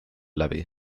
läbi